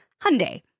Hyundai